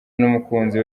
n’umukunzi